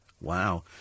Wow